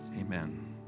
Amen